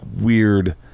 weird